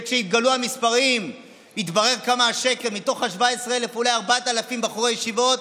וכשהתגלו המספרים התברר השקר: מתוך 17,000 אולי 4,000 בחורי ישיבות,